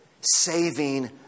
Saving